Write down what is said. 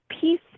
peace